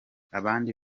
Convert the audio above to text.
abandi